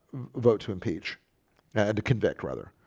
vote to impeach and to convict rather.